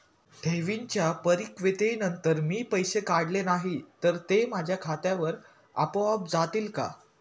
ठेवींच्या परिपक्वतेनंतर मी पैसे काढले नाही तर ते माझ्या खात्यावर आपोआप जातील का?